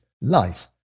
life